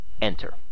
enter